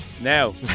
Now